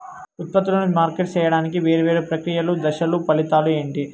ఉత్పత్తులను మార్కెట్ సేయడానికి వేరువేరు ప్రక్రియలు దశలు ఫలితాలు ఏంటి?